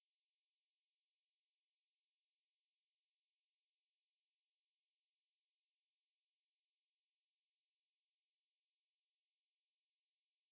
uh the the trial is abducted and then she goes missing the people think she's dead and then he goes to find her and then the mysteries behind why she was kidnapped